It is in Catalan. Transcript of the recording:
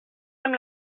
amb